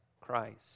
Christ